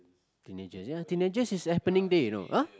teenagers ya teenagers is a happening day you know !huh!